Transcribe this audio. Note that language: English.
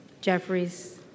Jeffries